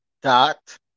dot